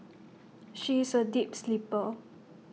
she is A deep sleeper